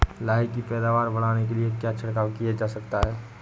लाही की पैदावार बढ़ाने के लिए क्या छिड़काव किया जा सकता है?